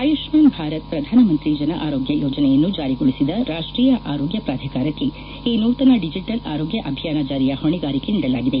ಆಯುಷ್ಮಾನ್ ಭಾರತ್ ಪ್ರಧಾನಮಂತ್ರಿ ಜನ ಆರೋಗ್ಡ ಯೋಜನೆಯನ್ನು ಜಾರಿಗೊಳಿಸಿದ ರಾಷ್ವೀಯ ಆರೋಗ್ಯ ಪ್ರಾಧಿಕಾರಕ್ಕೆ ಈ ನೂತನ ಡಿಜಿಟಲ್ ಆರೋಗ್ಯ ಅಭಿಯಾನ ಜಾರಿಯ ಹೊಣೆಗಾರಿಕೆ ನೀಡಲಾಗಿದೆ